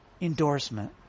endorsement